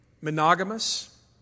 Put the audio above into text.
monogamous